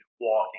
walking